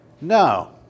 no